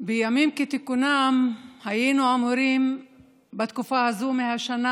בימים כתיקונם היינו אמורים בתקופה זו של השנה